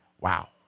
wow